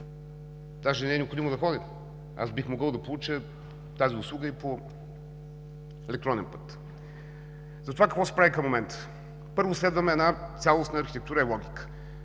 Даже не е необходимо да ходя, бих могъл да получа тази услуга и по електронен път. За това какво се прави към момента. Първо, следваме една цялостна архитектура и логика.